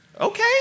Okay